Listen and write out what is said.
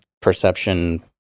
perception